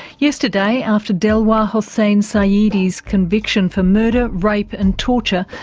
yesterday, after delwar hossain sayeedi's conviction for murder, rape and torture,